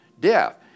death